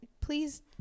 please